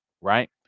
right